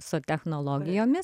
su technologijomis